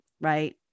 right